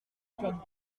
perds